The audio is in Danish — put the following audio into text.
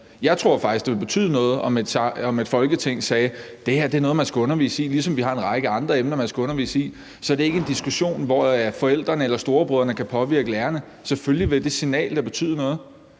Jeg tror faktisk, det vil betyde noget, om et Folketing sagde, at det her er noget, man skal undervise i, ligesom der er en række andre emner, man skal undervise i – så det ikke er en diskussion, hvor forældrene eller storebrødrene kan påvirke lærerne. Selvfølgelig vil det signal da betyde noget.